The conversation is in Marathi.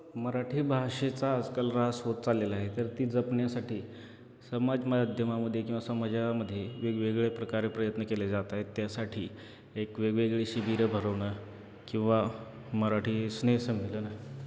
मराठी भाषेचा आजकाल ऱ्हास होत चाललेला आहे तर ती जपण्यासाठी समाज माध्यमामध्ये किंवा समाजामध्ये वेगवेगळे प्रकारे प्रयत्न केले जात आहेत त्यासाठी एक वेगवेगळे शिबिरं भरवणं किंवा मराठी स्नेहसंमेलन